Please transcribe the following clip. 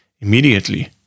immediately